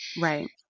Right